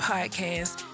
Podcast